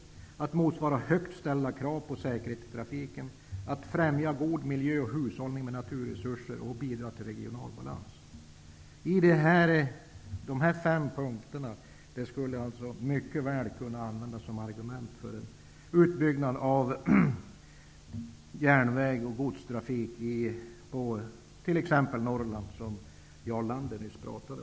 Man skulle motsvara högt ställda krav på säkerhet i trafiken. Man skulle främja god miljö och hushållning med naturresurser och bidra till regional balans. Dessa fem punkter skulle mycket väl kunna användas som argument för utbyggnad av järnväg och godstrafik, t.ex. i Norrland som Jarl Lander nyss talade om.